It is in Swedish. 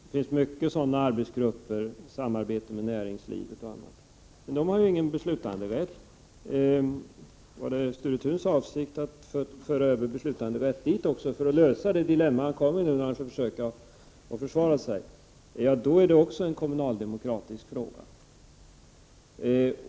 Det finns många sådana arbetsgrupper som samarbetar med näringslivet, men de har ingen beslutanderätt. Avser Sture Thun att man skall föra över beslutanderätten dit — eller sade han detta bara för att lösa det dilemma han hamnat i när han försöker försvara sig — då blir det också en kommunaldemokratisk fråga.